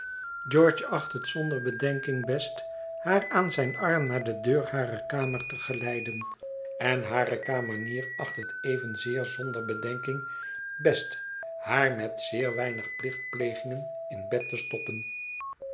george acht het zonder bedenking best haar aan zijn arm naar de deur harer kamer te geleiden en hare kamenier acht het evenzeer zonder bedenking best haar met zeer weinig plichtplegingen in bed te stoppen